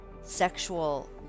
sexual